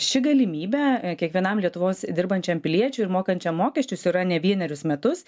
ši galimybė kiekvienam lietuvos dirbančiam piliečiui ir mokančiam mokesčius yra ne vienerius metus